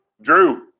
Drew